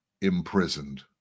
imprisoned